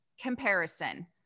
comparison